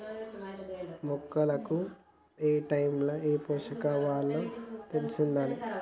మొక్కలకు ఏటైముల ఏ పోషకాలివ్వాలో తెలిశుండాలే